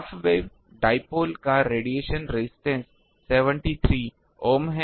half wave dipole का radiation resistance 73 ohm है